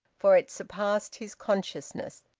for it surpassed his consciousness.